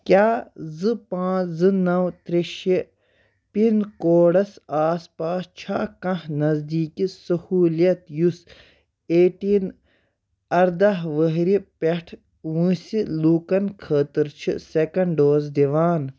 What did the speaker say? کیٛاہ زٕ پانژھ زٕ نو ترٛےٚ شیٚے پِن کوڈس آس پاس چھا کانٛہہ نزدیٖک سہولت یُس ایٹیٖن اردہ وُہُرِ پٮ۪ٹھ وٲنٛسہِ لوکَن خٲطرٕ چھ سیٚکنٛڑ ڈوز دِوان